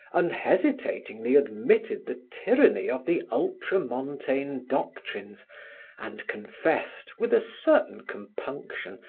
unhesitatingly admitted the tyranny of the ultramontaine doctrines and confessed, with a certain compunction,